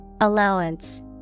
Allowance